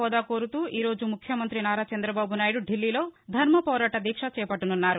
హోదా కోరుతూ ఈ రోజు ముఖ్యమంతి నారా చంద్రబాబు నాయుడు ఢిల్లీలో ధర్మపోరాట దీక్ష చేపట్టారు